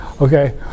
Okay